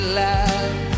love